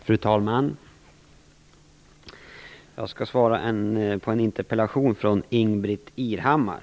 Fru talman! Jag skall svara på en interpellation som har framställts av Ingbritt Irhammar.